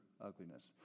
ugliness